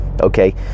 okay